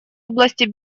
области